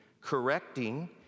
correcting